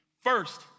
First